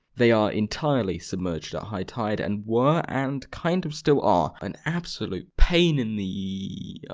they are entirely submerged at high tide and were, and kind of still are, an absolute pain in the.